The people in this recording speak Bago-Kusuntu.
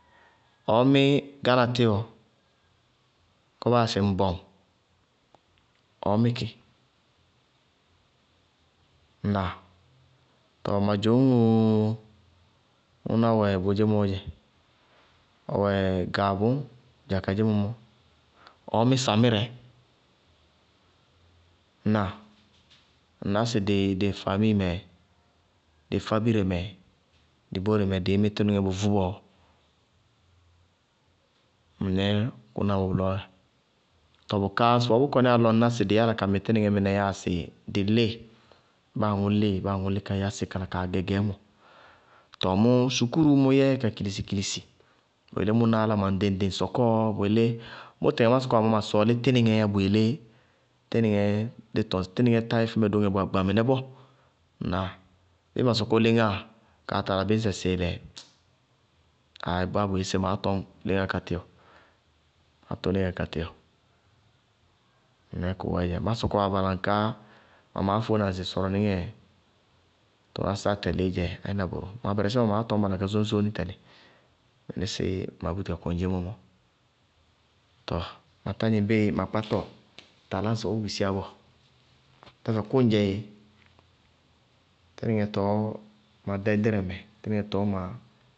Ɔɔ mí gána tíwɔ kɔɔ baa yáa sɩ ŋbɔŋ, ɔɔ mí kɩ. Ŋnáa? Tɔɔ ma dzoñŋu, ŋʋná wɛ bʋʋ dze mɔɔ dze ɔwɛ gaa bʋŋ, dza kadzémɔ mɔ ɔɔ mí samírɛ. Ŋnáa? Ŋná sɩ ŋaamíí mɛ, dɩɩfábire mɛ dɩ bóre mɛ, dɩí mí tínɩŋɛ bʋvʋ bɔɔ? Mɩnɛɛ kʋná wɛ bʋlɔɔ dzɛ. Tɔɔ bʋká ŋsɩbɔɔ bʋ kɔníya lɔ ŋñná sɩ dɩ yála ka mí tínɩŋɛ mɩnɛ yáa sɩ dɩ líɩ, báaŋʋ líɩ báaŋʋ lí ka yasí kala kaa gɛ gɛɛmɔ. Tɔɔ mʋ sukúru mʋ yɛ ka kilisi kilisi, bʋ yelé mʋ na álámɩná ŋɖɩŋ-ŋɖɩŋ sɔkɔɔ bʋ yelé mʋ tɩtɩŋɛ ma sɔkɔwá mɔɔ ma sɔɔlí tínɩŋɛɛ yá bʋyelé tínɩŋɛ, dí tɔŋ sɩ tínɩŋɛ tá yɛ fɛmɛ dóŋɛ gbaagba gbaagba mɩnɛ bɔɔ, ŋnáa? Bíɩ ma sɔkɔ léŋáa kaa tala bíñsɛ sɩɩlɛ, báa bʋ yɛ sé maá tɔñ léŋáa ká tíwɔ, maá tɔñ léŋáa ká tíwɔ, mɩnɛɛ kʋwɛɛdzɛ. Má sɔkɔwá balaŋká, ma maá fóéna ŋsɩ sɔrɔníŋɛ tʋnásá tɛlɩídzɛ, ayé na bʋrʋ, ma bɛrɛsí mawɛ maá tɔñ balaŋká sóñsóní tɛlɩ, mɩnísíɩ ma búti ka kɔŋ dzeémɔ. Tɔɔ ma tá dzɩŋ bíɩ ma kpátɔ talá ŋsɩbɔɔ bʋ bisiyá bɔɔ tɛfɛ kʋŋdzɛ éé tínɩŋɛ tɔɔ ma bɛdrɛ mɛ. tínɩŋɛ tɔɔ ma